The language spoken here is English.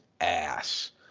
ass